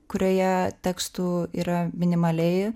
kurioje tekstų yra minimaliai